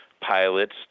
pilots